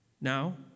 now